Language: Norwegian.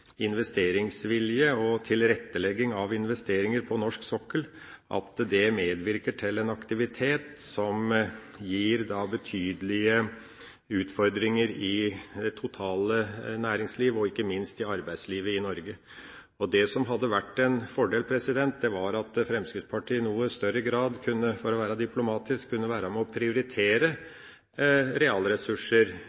investeringsvilje og tilrettelegging av investeringer på norsk sokkel at det medvirker til en aktivitet som gir betydelige utfordringer i det totale næringsliv og ikke minst i arbeidslivet i Norge. Det hadde også vært en fordel om Fremskrittspartiet i noe større grad kunne være med på å – for å være diplomatisk – prioritere realressurser som det norske samfunnet setter inn når det gjelder å